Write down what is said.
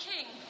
king